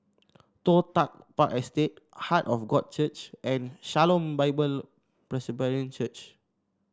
Toh Tuck Park Estate Heart of God Church and Shalom Bible Presbyterian Church